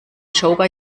joker